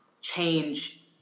change